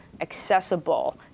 accessible